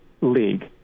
league